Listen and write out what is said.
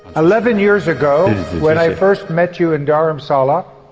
eleven years ago when i first met you in dharamsala,